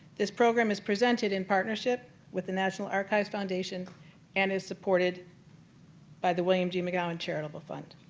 this program is presented in partnership with the national archives foundation and is supported by the william g. mcgowan charitable fund.